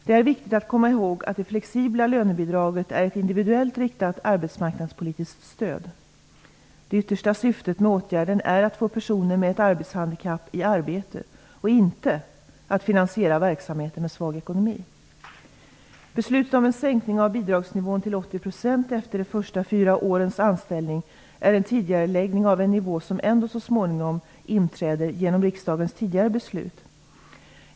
Det är viktigt att komma ihåg att det flexibla lönebidraget är ett individuellt riktat arbetsmarknadspolitiskt stöd. Det yttersta syftet med åtgärden är att få personer med ett arbetshandikapp i arbete och inte att finansiera verksamheter med svag ekonomi. efter de fyra första årens anställning är en tidigareläggning av en nivå som ändå så småningom inträder genom riksdagens tidigare beslut.